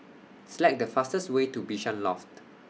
Select The fastest Way to Bishan Loft